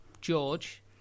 George